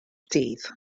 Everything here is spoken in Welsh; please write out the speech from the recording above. dydd